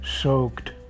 soaked